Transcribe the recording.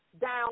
down